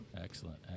Excellent